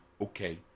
okay